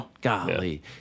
Golly